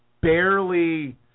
barely